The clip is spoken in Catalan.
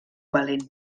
valent